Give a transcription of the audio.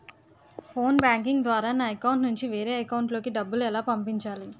Phone banking ద్వారా నా account నుంచి వేరే అకౌంట్ లోకి డబ్బులు ఎలా పంపించాలి?